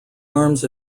arms